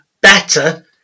better